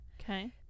Okay